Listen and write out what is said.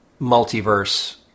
multiverse